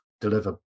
deliver